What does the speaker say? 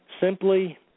Simply